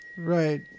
Right